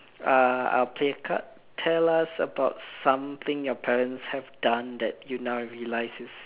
uh uh play card tell us about something your parents have done that you now realise is